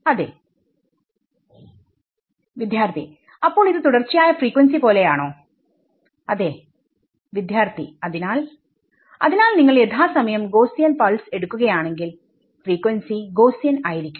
അതേ വിദ്യാർത്ഥി അപ്പോൾ ഇത് തുടർച്ചയായ ഫ്രീക്വൻസി പോലെയാണോ അതേ വിദ്യാർത്ഥി അതിനാൽ അതിനാൽ നിങ്ങൾ യഥാസമയം ഗോസ്സിയൻ പൾസ് എടുക്കുകയാണെങ്കിൽ ഫ്രീക്വൻസി ഗോസ്സിയൻ ആയിരിക്കും